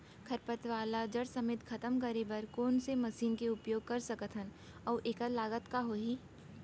खरपतवार ला जड़ समेत खतम करे बर कोन से मशीन के उपयोग कर सकत हन अऊ एखर लागत का होही?